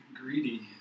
greedy